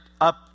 up